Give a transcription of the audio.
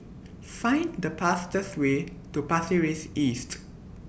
Find The fastest Way to Pasir Ris East